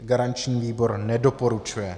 Garanční výbor nedoporučuje.